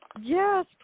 Yes